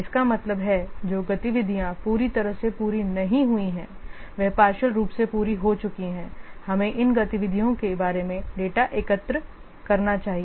इसका मतलब है जो गतिविधियाँ पूरी तरह से पूरी नहीं हुई हैं वे पार्षइल रूप से पूरी हो चुकी हैं हमें इन गतिविधियों के बारे में डेटा एकत्र करना चाहिए